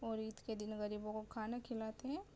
اور عید کے دن غریبوں کو کھانا کھلاتے ہیں